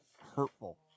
hurtful